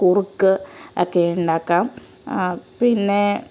കുറുക്ക് ഒക്കെ ഉണ്ടാക്കാം പിന്നെ